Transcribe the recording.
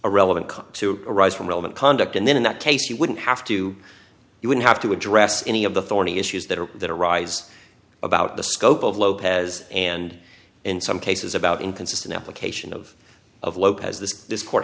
a relevant to arise from relevant conduct and then in that case you wouldn't have to you would have to address any of the thorny issues that are that arise about the scope of lopez and in some cases about inconsistent application of of lopez this court